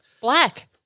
Black